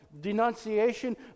denunciation